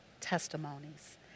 testimonies